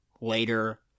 later